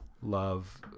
love